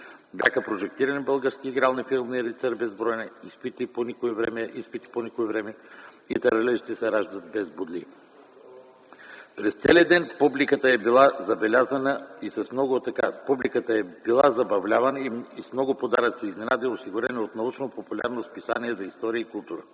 Бяха прожектирани българските игрални филми „Рицар без броня”, „Изпити по никое време” и „Таралежите се раждат без бодли”. През целия ден публиката е била забавлявана и с много подаръци и изненади, осигурени от научно-популярно списание за история и култура.